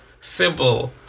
simple